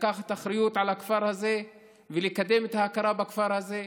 לקחת אחריות על הכפר הזה ולקדם את ההכרה בכפר הזה,